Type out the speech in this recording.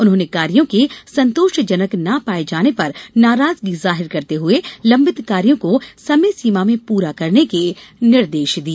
उन्होंने कार्यो के संतोषजनक न पाये जाने पर नाराजगी जाहिर करते हुए लंबित कार्यो को समयसीमा में पूरा करने के निर्देश दिये